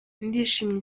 ndishimye